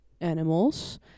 Animals